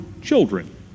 children